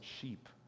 sheep